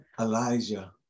Elijah